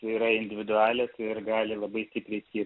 tai yra individualios ir gali labai stipriai skir